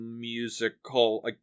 musical